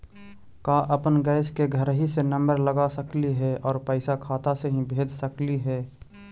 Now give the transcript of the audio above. का अपन गैस के घरही से नम्बर लगा सकली हे और पैसा खाता से ही भेज सकली हे?